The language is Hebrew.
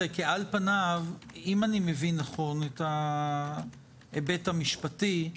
אם אני מבין נכון את ההיבט המשפטי,